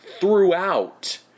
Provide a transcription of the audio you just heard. throughout